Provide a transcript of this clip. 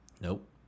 Nope